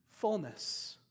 fullness